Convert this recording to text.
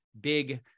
big